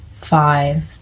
five